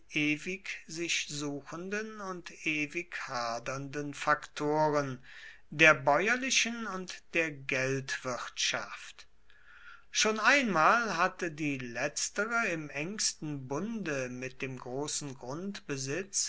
ewig sich suchenden und ewig hadernden faktoren der bäuerlichen und der geldwirtschaft schon einmal hatte die letztere im engsten bunde mit dem großen grundbesitz